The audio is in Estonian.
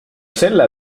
selle